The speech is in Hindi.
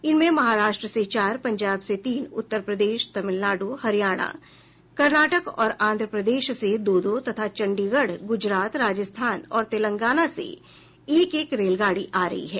इनमें महाराष्ट्र से चार पंजाब से तीन उत्तर प्रदेश तमिलनाडु हरियाणा कर्नाटक और आंध्र प्रदेश से दो दो तथा चंडीगढ़ गुजरात राजस्थान और तेलागना से एक एक रेलगाड़ी आ रही है